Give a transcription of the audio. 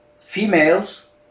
females